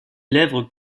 lèvres